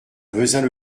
vezin